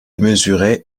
mesurait